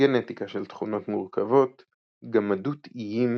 גנטיקה של תכונות מורכבות גמדות איים